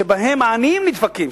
שבהם העניים נדפקים,